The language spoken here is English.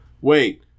wait